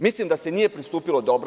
Mislim da se nije pristupilo dobro.